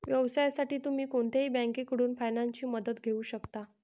व्यवसायासाठी तुम्ही कोणत्याही बँकेकडून फायनान्सची मदत घेऊ शकता